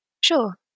Sure